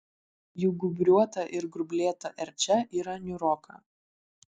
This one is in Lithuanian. jų gūbriuota ir grublėta erčia yra niūroka